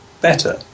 better